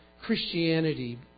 Christianity